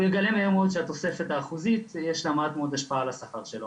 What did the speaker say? הוא יגלה מהר מאוד שהתוספת האחוזית יש לה מעט מאוד השפעה על השכר שלו.